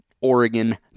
Oregon